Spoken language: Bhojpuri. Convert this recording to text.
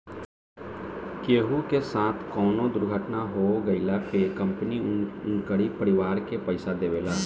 केहू के साथे कवनो दुर्घटना हो गइला पे कंपनी उनकरी परिवार के पईसा देवेला